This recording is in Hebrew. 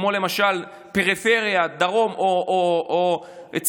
כמו למשל פריפריה דרום או צפון,